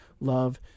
love